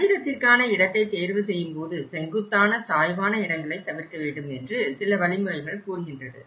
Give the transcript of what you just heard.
கட்டிடத்திற்கான இடத்தை தேர்வு செய்யும் போது செங்குத்தான சாய்வான இடங்களை தவிர்க்க வேண்டும் என்று சில வழிமுறைகள் கூறுகின்றது